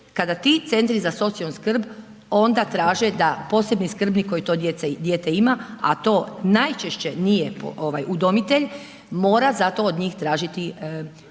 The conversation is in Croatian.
na izlet, kada ti CZSS onda traže da posebni skrbnik koji to dijete ima, a to najčešće nije udomitelj mora za to od njih tražiti suglasnost.